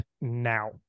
now